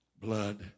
blood